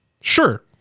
sure